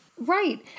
Right